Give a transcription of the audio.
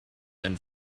and